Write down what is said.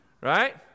Right